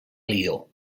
lió